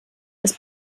ist